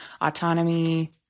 autonomy